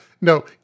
no